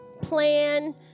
plan